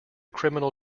criminal